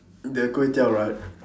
the kway teow right